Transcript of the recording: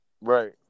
Right